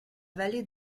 vallée